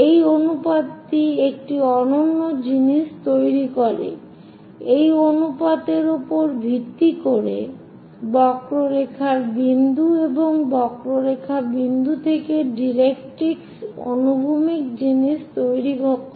এই অনুপাতটি একটি অনন্য জিনিস তৈরি করে এই অনুপাতের উপর ভিত্তি করে বক্ররেখার বিন্দু এবং বক্ররেখার বিন্দু থেকে ডাইরেক্ট্রিক্স অনুভূমিক জিনিস তৈরি করে